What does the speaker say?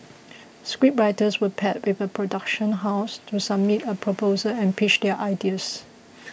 scriptwriters were paired with a production house to submit a proposal and pitch their ideas